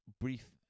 brief